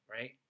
right